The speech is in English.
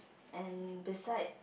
and beside